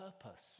purpose